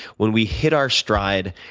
when we hit our stride,